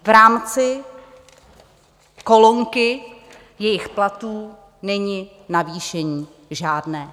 V rámci kolonky jejich platů není navýšení žádné.